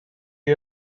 you